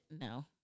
no